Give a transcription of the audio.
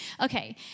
Okay